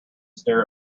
stare